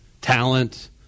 Talent